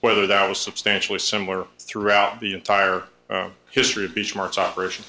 whether that was substantially similar throughout the entire history of the smarts operation